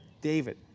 David